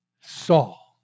Saul